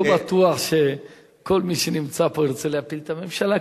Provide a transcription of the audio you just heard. לא בטוח שכל מי שנמצא פה ירצה להפיל את הממשלה,